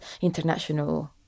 international